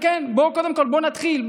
בוא נתחיל.